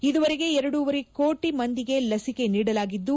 ಇದುವರೆಗೆ ಎರಡೂವರೆ ಕೋಟಿ ಮಂದಿಗೆ ಲಸಿಕೆ ನೀಡಲಾಗಿದ್ದು